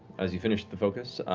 as you finish the focus,